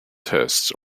tests